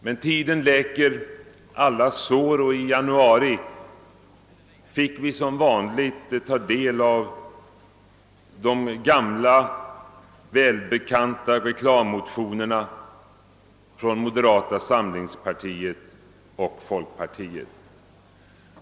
Men tiden läker alla sår, och i januari fick vi som vanligt ta del av de gamla välbekanta reklammotionerna från moderata samlingspartiet och folkpartiet.